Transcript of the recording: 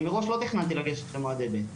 אני מראש לא תכננתי לגשת למועדי ב'.